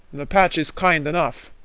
the patch is kind enough,